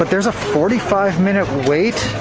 but there's a forty five minute wait,